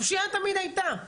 הפשיעה תמיד היתה.